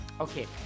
Okay